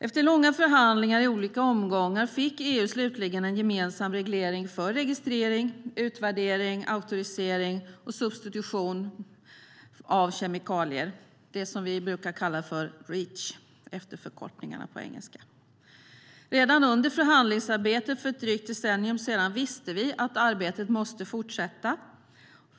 Efter långa förhandlingar i olika omgångar fick EU slutligen en gemensam reglering för registrering, utvärdering, auktorisering och substitution av kemikalier - det vi brukar kalla Reach, efter den engelska förkortningen. Redan under förhandlingsarbetet för ett drygt decennium sedan visste vi att arbetet måste fortsätta.